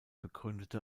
begründete